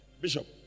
Bishop